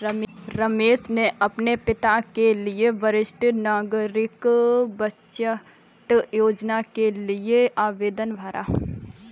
रमेश ने अपने पापा के लिए वरिष्ठ नागरिक बचत योजना के लिए आवेदन भरा